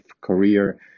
career